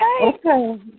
Okay